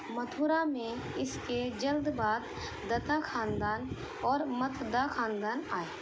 متھرا میں اس کے جلد بعد دتا خاندان اور متدا خاندان آئے